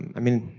and i mean,